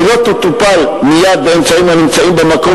ולא תטופל מייד באמצעים הנמצאים במקום